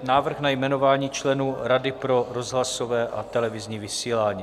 Návrh na jmenování členů Rady pro rozhlasové a televizní vysílání